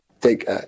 take